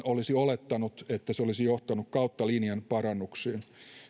olisi olettanut että se olisi johtanut kautta linjan parannuksiin